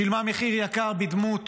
שילמה מחיר יקר בדמות